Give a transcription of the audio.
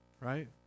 Right